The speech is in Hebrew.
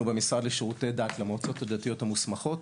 במשרד לשירותי דת למועצות הדתיות המוסמכות,